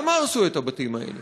למה הרסו את הבתים אלה?